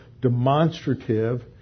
demonstrative